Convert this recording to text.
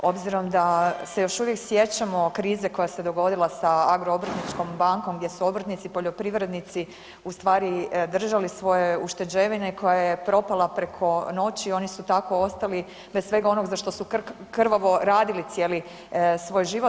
Obzirom da još uvijek se sjećamo krize koja se dogodila sa Agro obrtničkom bankom gdje su obrtnici poljoprivrednici u stvari držali svoje ušteđevine i koja je propala preko noći oni su tako ostali bez svega onoga za što su krvavo radili cijeli svoj život.